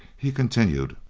he continued